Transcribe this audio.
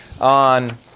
on